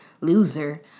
loser